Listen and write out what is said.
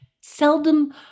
seldom